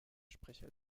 sprecher